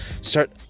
start